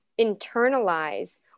internalize